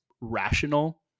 rational